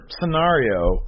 scenario